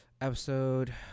Episode